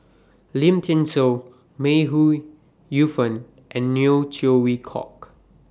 Lim Thean Soo May Ooi Yu Fen and Neo Chwee Kok